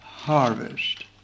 harvest